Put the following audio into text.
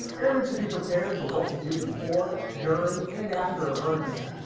airmen should be prepared for what to do before, during, and after a hurricane.